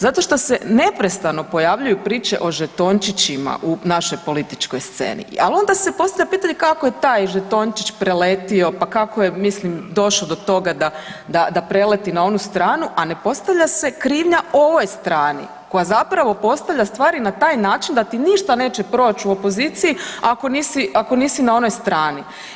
Zato što se neprestano prijavljuju priče o žetončićima u našoj političkoj sceni, ali onda se postavlja pitanje kako je taj žetončić preletio, pa kako je, mislim, došao do toga da preleti na onu stranu, a ne postavlja se krivnja ovoj strani koja zapravo postavlja stvari na taj način da ti ništa neće proći u opoziciji ako nisi na onoj strani.